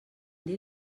dir